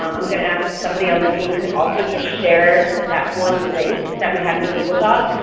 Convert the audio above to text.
um i'm going to ask if somebody on the team could also just share that one link that we had in the google doc,